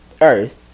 earth